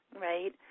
right